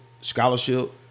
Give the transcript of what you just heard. scholarship